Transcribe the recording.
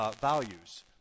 values